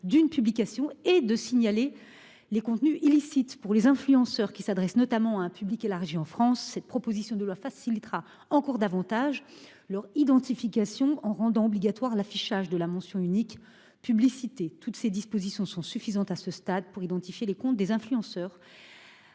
d'une publication et de signaler les contenus illicites. Pour les influenceurs qui s'adressent notamment à un public établi en France, cette proposition de loi facilitera encore davantage leur identification, en rendant obligatoire l'affichage de la mention unique « Publicité ». Toutes ces dispositions sont suffisantes à ce stade pour identifier les comptes des influenceurs.